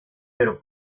pero